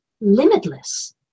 limitless